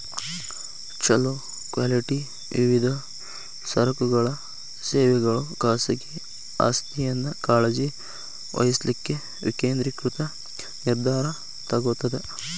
ಛೊಲೊ ಕ್ವಾಲಿಟಿ ವಿವಿಧ ಸರಕುಗಳ ಸೇವೆಗಳು ಖಾಸಗಿ ಆಸ್ತಿಯನ್ನ ಕಾಳಜಿ ವಹಿಸ್ಲಿಕ್ಕೆ ವಿಕೇಂದ್ರೇಕೃತ ನಿರ್ಧಾರಾ ತೊಗೊತದ